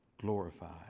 glorify